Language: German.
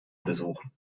besuchen